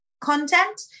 content